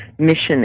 mission